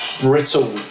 brittle